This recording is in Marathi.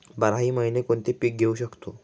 बाराही महिने कोणते पीक घेवू शकतो?